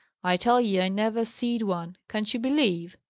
i tell ye i never see'd one! can't you believe?